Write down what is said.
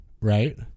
right